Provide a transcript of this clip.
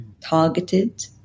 targeted